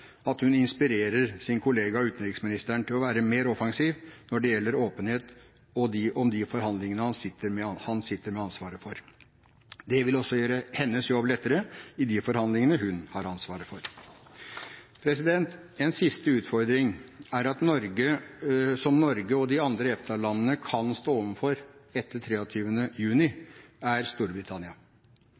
at hun inspirerer sin kollega utenriksministeren til å være mer offensiv når det gjelder åpenhet om de forhandlingene han sitter med ansvaret for. Det vil også gjøre hennes jobb lettere i de forhandlingene hun har ansvaret for. En siste utfordring, som Norge og de andre EFTA-landene kan stå overfor etter 23. juni, er Storbritannia.